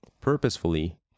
Purposefully